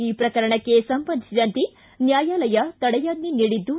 ಈ ಪ್ರಕರಣಕ್ಕೆ ಸಂಬಂಧಿಸಿದಂತೆ ನ್ಯಾಯಾಲಯ ತಡೆಯಾಜ್ಞೆ ನೀಡಿದ್ದು